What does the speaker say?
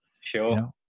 Sure